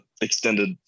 extended